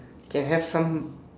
can have some